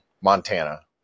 Montana